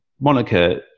Monica